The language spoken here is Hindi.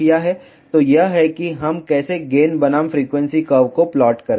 तो यह है कि हम कैसे गेन बनाम फ्रीक्वेंसी कर्व को प्लाट करते हैं